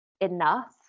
enough